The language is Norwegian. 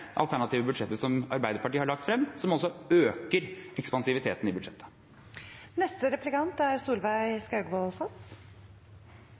alternative budsjettet som Arbeiderpartiet har lagt frem, som altså øker det ekspansive i budsjettet. Det er